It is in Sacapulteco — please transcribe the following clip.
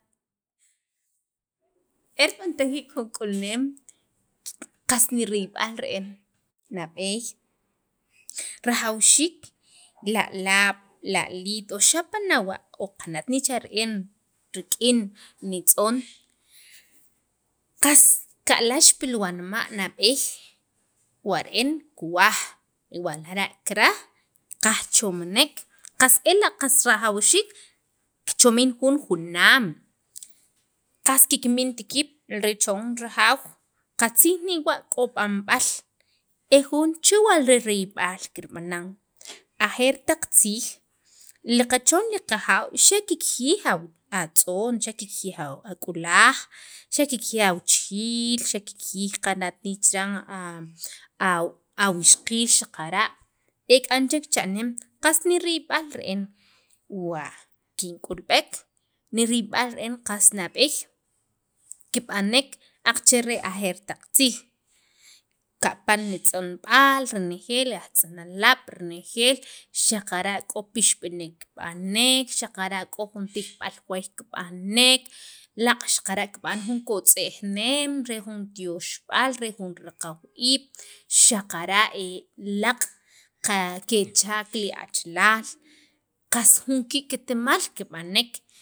e rib'antajiik jun k'ulneem kik qas niriyb'al re'en nab'eey, rajawxiik lalab' li aliit o xapa' nawa' o qana't nera' re'en rik'in nitz'oon qas ka'lax pil wanma' nab'eey wa re'en kuwaj wa lara' kiraj kajchomnek qas ela' rajawxiik kichomin juun junaam qas kikmint kiib' richon rajaw qatzij newa' k'o b'anb'al e juun chewa' ririyb'al kirb'anan ajeer taq tziij li qachon li qajaaw xa' kikjiyij atz'on xa' kikjiyij ak'ulaj xa kikjiyij qana't ne chiran awixqiil xaqara' e k'an chek cha'neem qas niriyb'al re'en wa kink'ulb'ek ni riyb'al re'en qa qas nab'eey kibanek aqache ajeer taq tziij kapan ni tz'onb'al, renejeel li ajtz'onalaab' renejeel xaqar k'o pixb'inek kib'anek, xaqara' k'o jun tijb'al waay kib'anek laaq' xaqara' kib'an jun kotz'ejneem re jun tyoxb'al re jun raqw iib' kechak li achalaal qas jun ki'kitemaal kib'anek.